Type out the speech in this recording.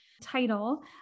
title